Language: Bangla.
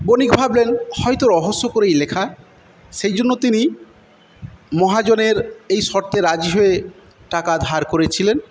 বণিক ভাবলেন হয়তো রহস্য করেই লেখা সেইজন্য তিনি মহাজনের এই শর্তে রাজি হয়ে টাকা ধার করেছিলেন